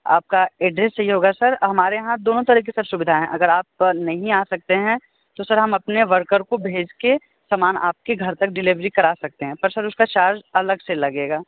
आपका एड्रैस चाहिए होगा सर हमारे यहाँ दोनों तरीके की सुविधाएं हैं सर आप नहीं आ सकते हैं तो सर हम अपने वर्कर को भेज कर समान आपके घर तक डिलीवरी करा सकते है पर सर उसका चार्ज अलग से लगेगा